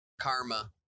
karma